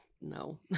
no